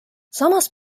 samas